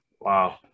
wow